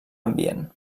ambient